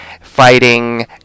fighting